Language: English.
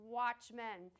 watchmen